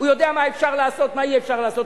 הוא יודע מה אפשר לעשות, מה אי-אפשר לעשות.